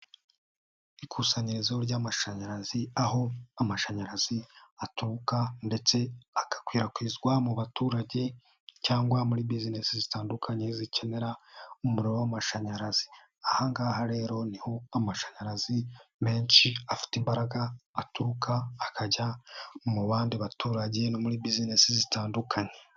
Ikusanyirizo ry'amashanyarazi aho amashanyarazi aturuka ndetse agakwirakwizwa mu baturage cyangwa muri bizinesi zitandukanye zikenera umuriro w'amashanyarazi, aha ngaha rero ni ho amashanyarazi menshi afite imbaraga aturuka akajya mu bandi baturage no muri bizinesi zitandukanye.